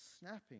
snapping